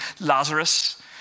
Lazarus